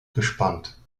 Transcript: gespannt